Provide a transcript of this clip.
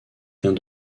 vient